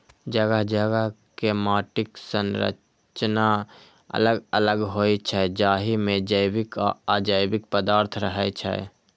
जगह जगह के माटिक संरचना अलग अलग होइ छै, जाहि मे जैविक आ अजैविक पदार्थ रहै छै